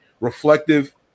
reflective